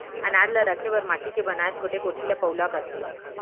अनाज ल रखे बर माटी के बनाए छोटे कोठी ल पउला कथें